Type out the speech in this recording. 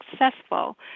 successful